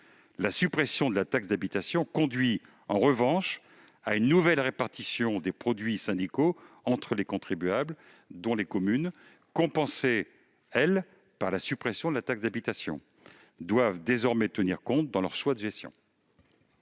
La suppression de la taxe d'habitation conduit en revanche à une nouvelle répartition des produits syndicaux entre les contribuables, dont les communes, elles-mêmes compensées du fait de cette suppression, doivent désormais tenir compte dans leurs choix de gestion.